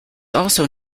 also